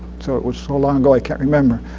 so it was so long ago i can't remember.